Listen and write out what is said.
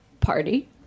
party